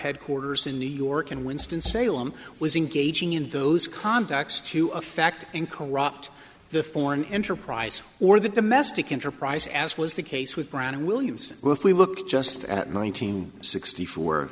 headquarters in new york and winston salem was engaging in those contacts to affect in corrupt the foreign enterprise or the domestic intra price as was the case with brown and williamson well if we look just at nineteen sixty four